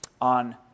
on